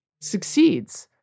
succeeds